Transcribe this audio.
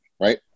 right